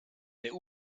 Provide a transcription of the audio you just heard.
der